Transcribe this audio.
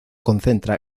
concentra